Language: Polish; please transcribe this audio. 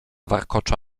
warkocza